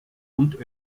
und